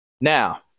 Now